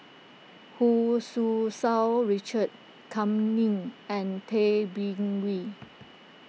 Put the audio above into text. Hu Tsu Tau Richard Kam Ning and Tay Bin Wee